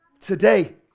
today